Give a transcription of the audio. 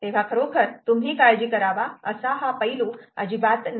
तेव्हा खरोखर तुम्ही काळजी करावा असा हा पैलू अजिबात नाही